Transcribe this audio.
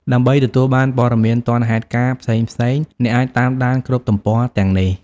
ដើម្បីទទួលបានព័ត៌មានទាន់ហេតុការណ៍ផ្សេងៗ អ្នកអាច តាមដាន គ្រប់ទំព័រទាំងនេះ។